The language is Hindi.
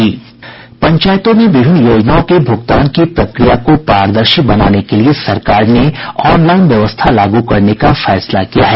पंचायतों में विभिन्न योजनाओं के भुगतान की प्रक्रिया को पारदर्शी बनाने के लिए सरकार ने ऑनलाइन व्यवस्था लागू करने का फैसला किया है